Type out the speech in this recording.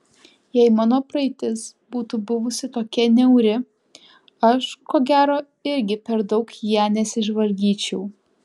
jei mano praeitis būtų buvusi tokia niauri aš ko gero irgi per daug į ją nesižvalgyčiau